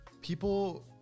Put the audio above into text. People